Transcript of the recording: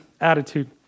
attitude